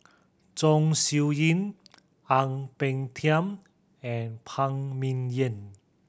Chong Siew Ying Ang Peng Tiam and Phan Ming Yen